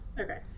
Okay